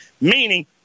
Meaning